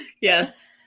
yes